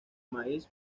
maíz